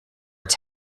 its